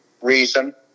reason